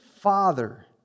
Father